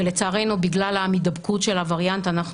ולצערנו בגלל המידבקות של הווריאנט אנחנו